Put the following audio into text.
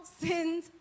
sinned